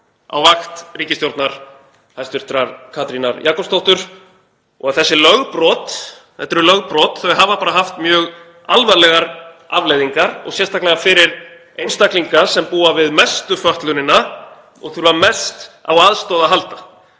á vakt hæstv. ríkisstjórnar Katrínar Jakobsdóttur. Þessi lögbrot hafa haft mjög alvarlegar afleiðingar, sérstaklega fyrir einstaklinga sem búa við mestu fötlunina og þurfa mest á aðstoð að halda.